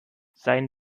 sein